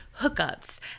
hookups